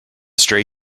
stray